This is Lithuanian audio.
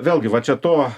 vėlgi va čia to